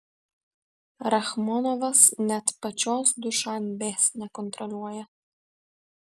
rachmonovas net pačios dušanbės nekontroliuoja